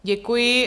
Děkuji.